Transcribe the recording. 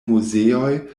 muzeoj